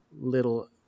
little